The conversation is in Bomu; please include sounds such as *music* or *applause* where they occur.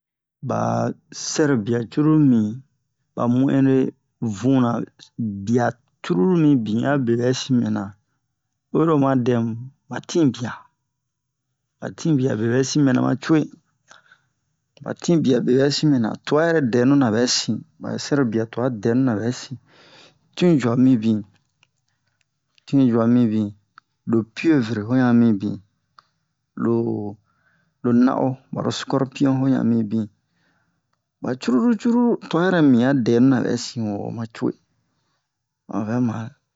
ba sɛro bia cruru mimi ba muhinre vuna bia cruru mibin abe bɛ simɛna oyiro oma dɛmu ba tinbia ba tinbia bebɛ sin mɛna ma cu'e ba tinbia bebɛ sin mɛna tua yɛrɛ dɛnu na bɛsin ba sɛrobia tua dɛnuna bɛsin tin jua mibi tin jua mibi lo pievre hoyan mibi lo na'o baro scorpion yoyan mibi ba cruru cruru tua yɛrɛ mibi a dɛnuna bɛsin wo macu'e *hesitation* obɛ mare